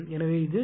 எனவே இது 0